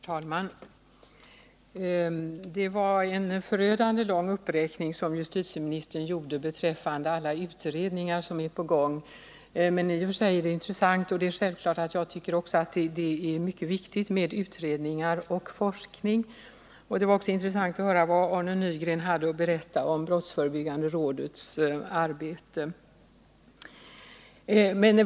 Herr talman! Det var en förödande lång uppräkning som justitieministern gjorde beträffande alla utredningar som är på gång. I och för sig är det intressant, och det är självklart att jag också tycker att det är mycket viktigt med utredningar och forskning. Det var också intressant att höra vad Arne Nygren hade att berätta om brottsförebyggande rådets arbete.